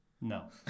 No